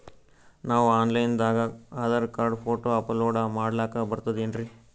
ನಾವು online ದಾಗ Aadhaar card, photo upload ಮಾಡ್ಲಕ ಬರ್ತದೇನ್ರಿ?